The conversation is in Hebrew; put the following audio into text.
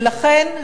ולכן,